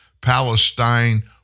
Palestine